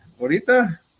ahorita